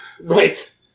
right